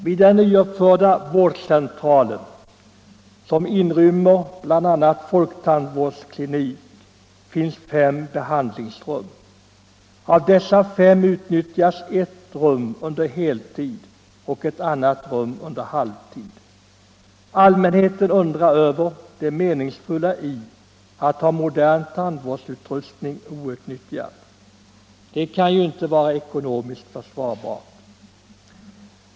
Vid den nyuppförda vårdcentralen, som inrymmer bl.a. folktandvårdsklinik, finns fem behandlingsrum. Av dessa fem utnyttjas ett rum under heltid och ett annat rum under halvtid. Allmänheten undrar över det meningsfulla i att ha modern tandvårdsutrustning outnyttjad. Det kan ju inte vara ekonomiskt försvarbart.